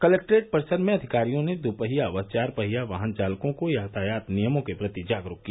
collectorate परिसर में अधिकारियों ने दुपहिया व चार पहिया वाहन चालकों को यातायात नियमों के प्रति जागरूक किया